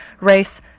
race